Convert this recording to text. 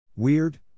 Weird